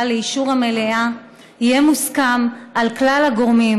לאישור המליאה יהיה מוסכם על כלל הגורמים,